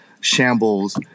shambles